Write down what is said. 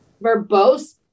Verbose